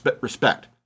respect